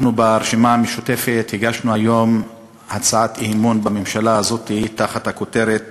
אנחנו ברשימה המשותפת הגשנו היום הצעת אי-אמון בממשלה הזאת תחת הכותרת